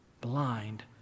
blind